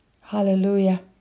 Hallelujah